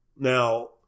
Now